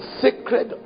sacred